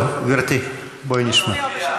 טוב, גברתי, בואי נשמע.